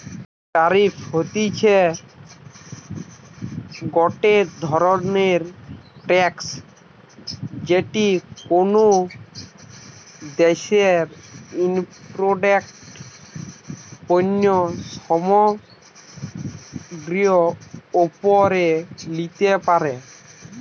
tariff হতিছে গটে ধরণের ট্যাক্স যেটি কোনো দ্যাশে ইমপোর্টেড পণ্য সামগ্রীর ওপরে লিতে পারে